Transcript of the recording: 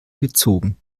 gezogen